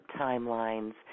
timelines